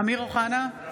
(קוראת בשמות חברי הכנסת) אמיר אוחנה,